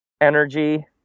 energy